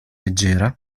leggera